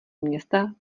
města